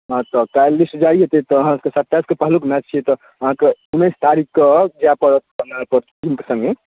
हँ तऽ काल्हि लिस्ट जारी हेतै तऽ अहाँके सत्ताइस के पहिलुक मैच छिऐ तऽ अहाँके उन्नैस तारिक के जाए पड़त बङाल तक टीम सङे